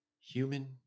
human